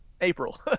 April